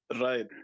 Right